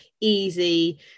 easy